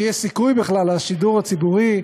שיהיה סיכוי בכלל לשידור הציבורי,